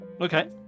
Okay